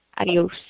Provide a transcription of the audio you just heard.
Adios